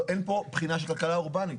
אין פה בחינה של כלכלה אורבנית.